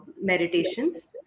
meditations